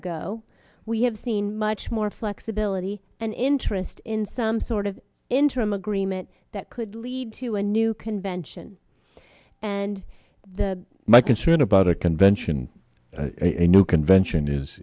ago we have seen much more flexibility and interest in some sort of interim agreement that could lead to a new convention and the my concern about a convention a new convention is